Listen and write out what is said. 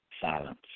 silence